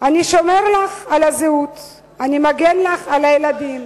"אני שומר לך על הזהות / אני מגן לך על הילדים /